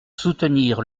soutenir